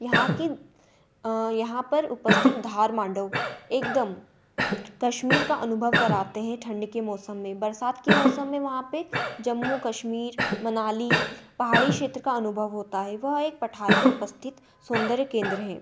यहाँ की यहाँ पर उपस्थित धार मांडव एकदम कश्मीर का अनुभव कराते हैं ठंड के मौसम में बरसात के मौसम में वहाँ पे जम्मू कश्मीर मनाली पहाड़ी क्षेत्र का अनुभव होता है वह एक पठार पे उपस्थित सौन्दर्य केंद्र हैं